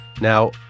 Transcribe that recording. Now